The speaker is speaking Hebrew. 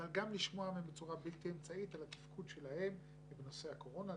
אבל גם לשמוע ממנו בצורה בלתי אמצעית על התפקוד שלהם בנושא הקורונה.